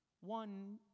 One